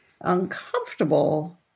uncomfortable